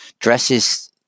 dresses